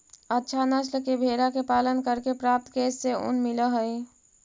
अच्छा नस्ल के भेडा के पालन करके प्राप्त केश से ऊन मिलऽ हई